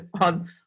on